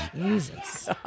Jesus